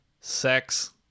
sex